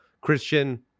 Christian